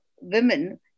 women